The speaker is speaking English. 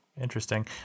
Interesting